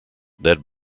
that